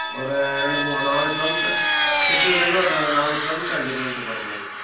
ஒரு ரெண்டு மூணு நாலு கிலோமீட்ரு சிட்டிலேருந்து ஒரு நாலு கிலோமீட்டர் அஞ்சு கிலோ மீட்டர் போகற மார்ருக்கும்